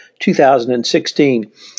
2016